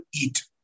eat